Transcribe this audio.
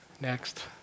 Next